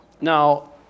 Now